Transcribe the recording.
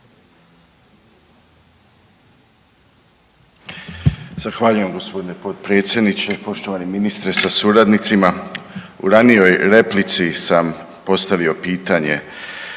Zahvaljujem gospodine potpredsjedniče. Poštovani ministre sa suradnicima, u ranijoj replici sam postavio pitanje